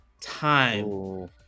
time